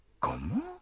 Comment